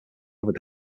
other